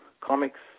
comics